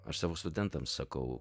aš savo studentams sakau